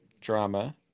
drama